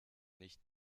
nicht